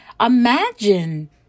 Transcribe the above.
imagine